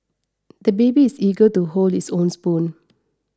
the baby is eager to hold his own spoon